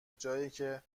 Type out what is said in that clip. جاییکه